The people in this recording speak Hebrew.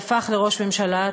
והפך לראש ממשלה,